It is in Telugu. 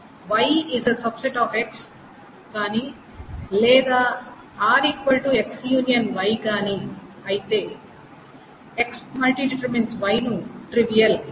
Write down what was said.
Y⊆X కానీ లేదా R X⋃Y గాని